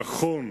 נכון,